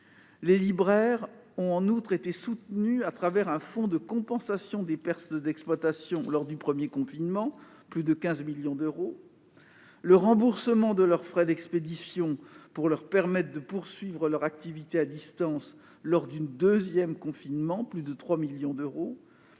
Les libraires ont en outre été soutenus à travers un fonds de compensation des pertes d'exploitation lors du premier confinement, pour plus de 15 millions d'euros. Le remboursement de leurs frais d'expédition pour leur permettre de poursuivre leur activité à distance lors du deuxième confinement a coûté plus de 3 millions d'euros.